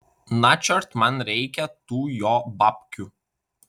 načiort man reikia tų jo babkių